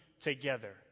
together